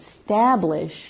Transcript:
establish